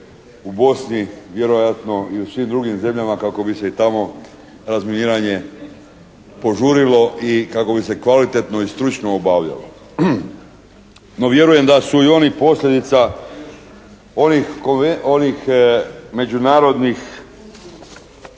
Bosni vjerojatno i u svim drugim zemljama kako bi se i tamo razminiranje požurilo i kako bi se kvalitetno i stručno obavljalo. No vjerujem da su i oni posljedica onih međunarodnih,